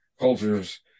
cultures